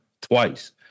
twice